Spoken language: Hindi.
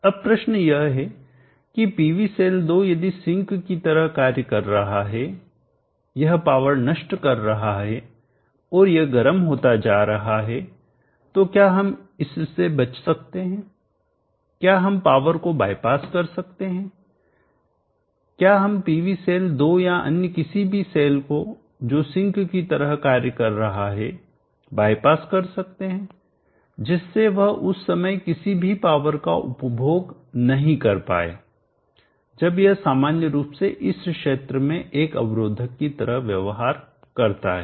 अब प्रश्न यह है कि PV सेल 2 यदि सिंक की तरह कार्य कर रहा है यह पावर नष्ट कर रहा है और यह गर्म होता जा रहा है तो क्या हम इससे बच सकते हैं क्या हम पावर को बायपास कर सकते हैं क्या हम PV सेल 2 या अन्य किसी भी सेल को जो सिंक की तरह कार्य कर रहा है बायपास कर सकते हैं जिससे वह उस समय किसी भी पावर का उपभोग नहीं कर पाए जब यह सामान्य रूप से इस क्षेत्र में एक अवरोधक की तरह व्यवहार करता है